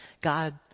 God